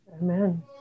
Amen